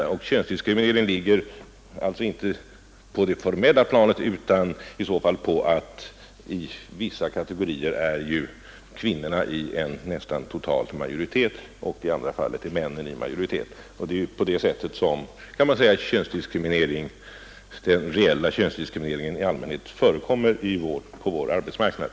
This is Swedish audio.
Den eventuella könsdiskrimineringen ligger alltså inte på det formella planet utan beror på att kvinnorna i vissa kategorier representerar en nästan total majoritet medan männen är i majoritet i andra. Det är i allmänhet i sådana sammanhang som den reella könsdiskrimineringen förekommer på vår arbetsmarknad.